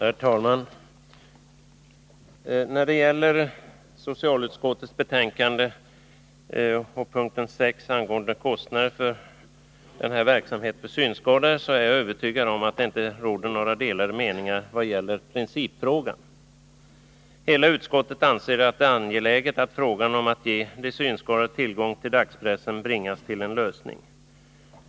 Herr talman! När det gäller socialutskottets betänkande 1980/81:17, p. 6 angående kostnader för viss verksamhet för synskadade är jag övertygad om att det inte råder några delade meningar vad gäller principfrågan. Hela utskottet anser att det är angeläget att frågan om att ge de synskadade tillgång till dagspressen bringas till en lösning.